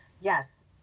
yes